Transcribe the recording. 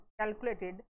calculated